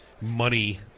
money